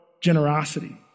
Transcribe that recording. generosity